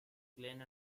glenn